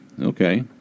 okay